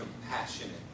compassionate